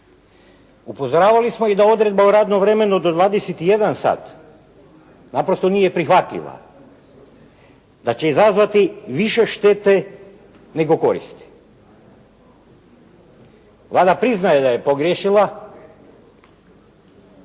Upozoravali smo i da odredba o radnom vremenu do 21 sat naprosto nije prihvatljiva. Da će izazvati više štete nego koristi. Vlada priznaje da je pogriješila.